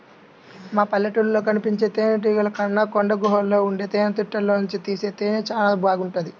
మన పల్లెటూళ్ళలో కనిపించే తేనెతుట్టెల కన్నా కొండగుహల్లో ఉండే తేనెతుట్టెల్లోనుంచి తీసే తేనె చానా బాగుంటది